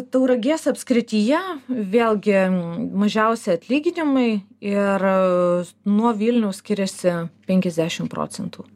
tauragės apskrityje vėlgi mažiausi atlyginimai ir nuo vilniaus skiriasi penkiasdešimt procentų